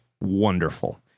wonderful